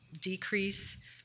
decrease